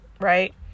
right